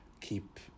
keep